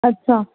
अच्छा